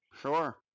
sure